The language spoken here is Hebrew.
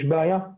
יש בעיה.